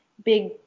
big